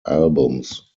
albums